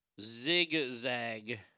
zigzag